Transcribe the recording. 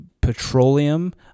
petroleum